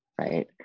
right